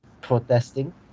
protesting